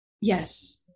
Yes